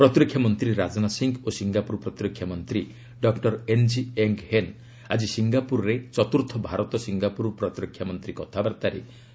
ପ୍ରତିରକ୍ଷା ମନ୍ତ୍ରୀ ରାଜନାଥ ସିଂହ ଓ ସିଙ୍ଗାପୁର ପ୍ରତିରକ୍ଷା ମନ୍ତ୍ରୀ ଡକୁର ଏନ୍ଜି ଏଙ୍ଗ୍ ହେନ୍ ଆକି ସିଙ୍ଗାପୁରରେ ଚତୁର୍ଥ ଭାରତ ସିଙ୍ଗାପୁର ପ୍ରତିରକ୍ଷା ମନ୍ତ୍ରୀ କଥାବାର୍ତ୍ତାରେ ସହ ଅଧ୍ୟକ୍ଷତା କରିଥିଲେ